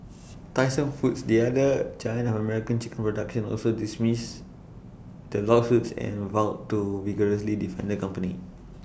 Tyson foods the other giant of American chicken production also dismissed the lawsuits and vowed to vigorously defend the company